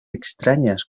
extrañas